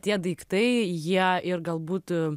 tie daiktai jie ir galbūt